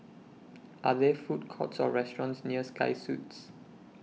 Are There Food Courts Or restaurants near Sky Suites